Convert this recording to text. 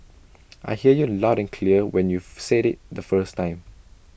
I hear you loud and clear when you've said IT the first time